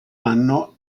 anno